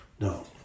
No